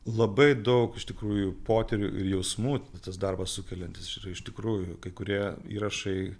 labai daug iš tikrųjų potyrių ir jausmų tas darbas sukeliantis yra iš tikrųjų kai kurie įrašai